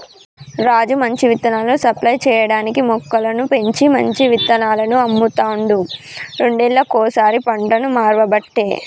రాజు విత్తనాలను సప్లై చేయటానికీ మొక్కలను పెంచి మంచి విత్తనాలను అమ్ముతాండు రెండేళ్లకోసారి పంటను మార్వబట్టే